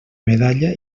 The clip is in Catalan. medalla